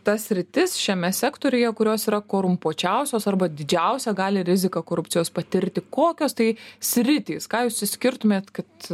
tas sritis šiame sektoriuje kurios yra korumpuočiausios arba didžiausią gali riziką korupcijos patirti kokios tai sritys ką jūs išskirtumėt kad